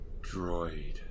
DROID